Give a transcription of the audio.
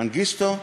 מנגיסטו?